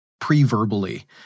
pre-verbally